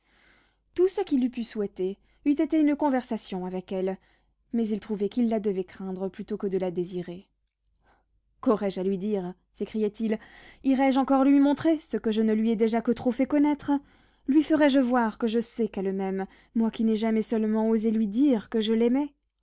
tout ce qu'il eût pu souhaiter eût été une conversation avec elle mais il trouvait qu'il la devait craindre plutôt que de la désirer qu'aurais-je à lui dire s'écriait-il irai-je encore lui montrer ce que je ne lui ai déjà que trop fait connaître lui ferai-je voir que je sais qu'elle m'aime moi qui n'ai jamais seulement osé lui dire que je l'aimais